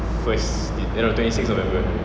first eh no twenty six november